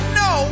no